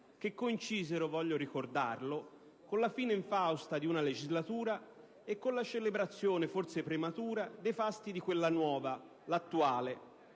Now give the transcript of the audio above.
che coincisero, voglio ricordarlo, con la fine infausta di una legislatura e con la celebrazione, forse prematura, dei fasti di quella nuova, l'attuale,